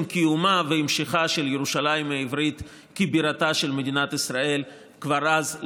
קיומה של ירושלים העברית והמשכה כבירתה של מדינת ישראל כבר אז,